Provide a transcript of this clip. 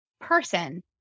person